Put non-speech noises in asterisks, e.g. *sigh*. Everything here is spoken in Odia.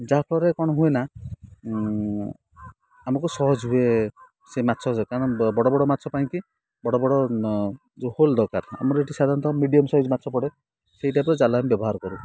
ଯାହାଫଳରେ କ'ଣ ହୁଏ ନା ଆମକୁ ସହଜ ହୁଏ ସେ ମାଛ *unintelligible* କାରଣ ବଡ଼ ବଡ଼ ମାଛ ପାଇଁକି ବଡ଼ ବଡ଼ ଯେଉଁ ହୋଲ ଦରକାର ଆମର ଏଇଠି ସାଧାରଣତଃ ମିଡ଼ିଅମ୍ ସାଇଜ ମାଛ ପଡ଼େ ସେଇ ଟାଇପ୍ ର ଜାଲ ଆମେ ବ୍ୟବହାର କରୁ